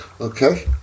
Okay